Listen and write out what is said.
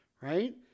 Right